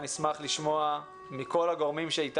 נשמח לשמוע התייחסויות מכל הגורמים שנמצאים איתנו: